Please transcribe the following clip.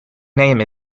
name